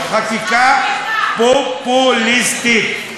יפה מאוד, אבל לא באמצעות חקיקה פופוליסטית.